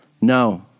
No